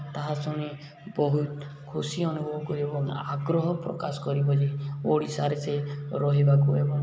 ତାହା ଶୁଣି ବହୁତ ଖୁସି ଅନୁଭବ କରିବ ଏବଂ ଆଗ୍ରହ ପ୍ରକାଶ କରିବ ଯେ ଓଡ଼ିଶାରେ ସେ ରହିବାକୁ ଏବଂ